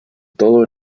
todo